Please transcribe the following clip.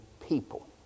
people